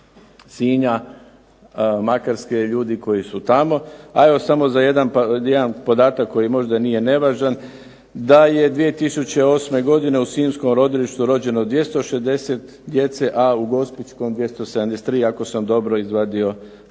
Sinja, Makarske i ljudi koji su tamo. A evo samo jedan podatak koji možda nije nevažan, da je 2008. godine u sinjskom rodilištu rođeno 260 djece, a u gospićkom 273 ako sam dobro izvadio podatke o